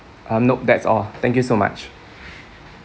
um nope that's all thank you so much